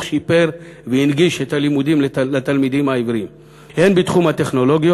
בהנגשת הלימודים לתלמידים העיוורים הן בטכנולוגיות